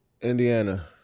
Indiana